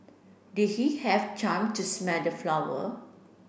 did he have time to smell the flower